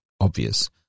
obvious